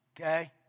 Okay